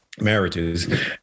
marriages